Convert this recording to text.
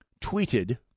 tweeted